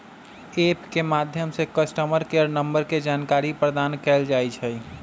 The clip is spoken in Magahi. ऐप के माध्यम से कस्टमर केयर नंबर के जानकारी प्रदान कएल जाइ छइ